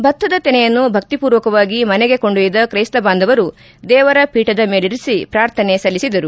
ಭತ್ತದ ತೆನೆಯನ್ನು ಭಕ್ತಿಪೂರ್ವಕವಾಗಿ ಮನೆಗೆ ಕೊಂಡೊಯ್ದ ತ್ರೈಸ್ತ ಬಾಂಧವರು ದೇವರ ಪೀಠದ ಮೇಲಿರಿಸಿ ಪ್ರಾರ್ಥನೆ ಸಲ್ಲಿಸಿದರು